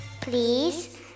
please